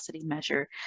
measure